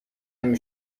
همه